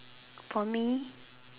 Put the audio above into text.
for me